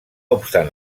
obstant